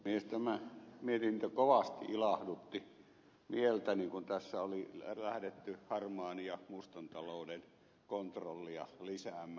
tämä mietintö kovasti ilahdutti mieltäni kun tässä oli lähdetty harmaan ja mustan talouden kontrollia lisäämään